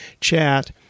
chat